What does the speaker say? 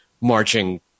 marching